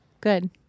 Good